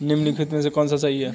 निम्नलिखित में से कौन सा सही है?